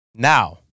now